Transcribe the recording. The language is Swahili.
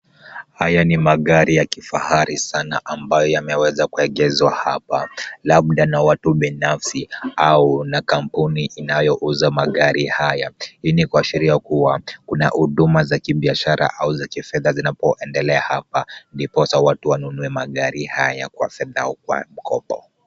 Haya ni magari ya kifahari sana ambayo yameweza kuegezwa hapa, labda ni ya watu binafsi au kampuni inayouza magari hapa. Hii ni kuashiria kuwa ni huduma za kibiashara au kifedha zinzendelea hapa ndiposa watu wanunue magari haya kwa fedha au mkopo.